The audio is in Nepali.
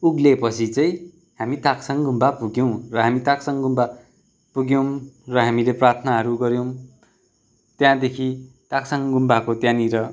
उग्लेपछि चाहिँ हामी ताक्साङ गुम्बा पुग्यौँ र हामी ताक्साङ गुम्बा पुग्यौँ र हामीले प्रार्थनाहरू गऱ्यौँ त्यहाँदेखि ताक्साङ गुम्बाको त्यहाँनिर